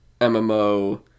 MMO